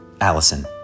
Allison